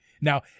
Now